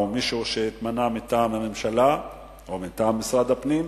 או מישהו שהתמנה מטעם הממשלה או מטעם משרד הפנים,